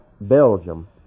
Belgium